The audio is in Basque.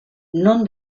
non